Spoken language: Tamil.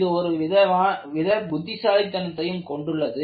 இது ஒருவித புத்திசாலித்தனத்தையும் கொண்டுள்ளது